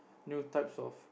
new types of